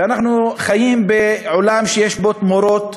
ואנחנו חיים בעולם שיש בו תמורות,